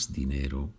dinero